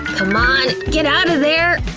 c'mon, get outta there!